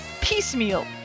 piecemeal